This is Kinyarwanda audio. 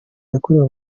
yakorewe